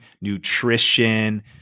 nutrition